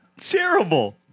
Terrible